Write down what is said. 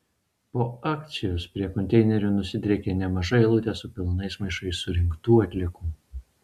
po akcijos prie konteinerių nusidriekė nemaža eilutė su pilnais maišais surinktų atliekų